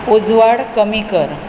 उजवाड कमी कर